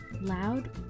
Loud